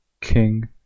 King